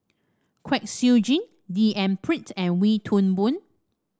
Kwek Siew Jin D N Pritt and Wee Toon Boon